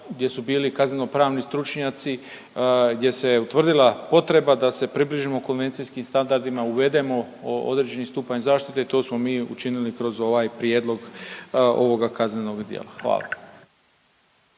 gdje su bili kaznenopravni stručnjaci, gdje se je utvrdila potreba da se približimo konvencijskim standardima, uvedemo određeni stupanj zaštite i to smo mi učinili kroz ovaj prijedloga ovog kaznenog djela, hvala.